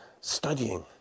studying